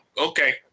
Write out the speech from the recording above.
okay